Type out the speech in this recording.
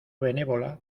benévola